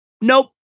Nope